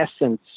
essence